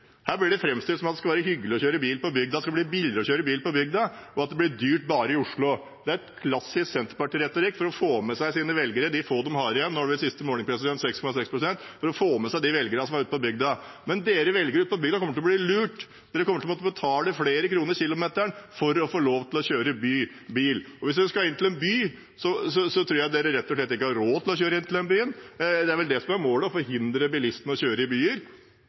Her blir det framstilt som at det skal være hyggelig å kjøre bil på bygda, det skal bli billigere å kjøre bil på bygda, og at det blir dyrt bare i Oslo. Det er klassisk senterparti-retorikk for å få med seg sine velgere, de få de har igjen – den siste målingen var på 6,6 pst. – for å få med seg de velgerne som er ute på bygda. Men velgerne på bygda kommer til å bli lurt. De kommer til å måtte betale flere kroner kilometeren for å få lov til å kjøre bil. Hvis en skal inn til en by, tror jeg rett og slett ikke en har råd til å kjøre inn til en by. Det er vel det som er målet, å forhindre bilistene å kjøre i byer.